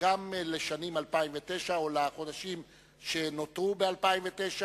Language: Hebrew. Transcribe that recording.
גם לשנת 2009, או לחודשים שנותרו ב-2009,